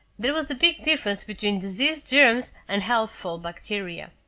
there was a big difference between disease germs and helpful bacteria.